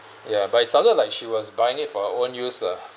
ya but it sounded like she was buying it for her own use lah